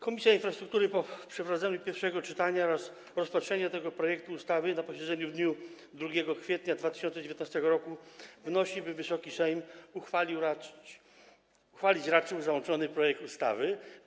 Komisja Infrastruktury po przeprowadzeniu pierwszego czytania oraz rozpatrzeniu tego projektu ustawy na posiedzeniu w dniu 2 kwietnia 2019 r. wnosi, by Wysoki Sejm uchwalić raczył załączony projekt ustawy.